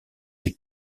des